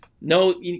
No